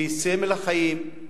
שהיא סמל החיים,